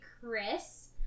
Chris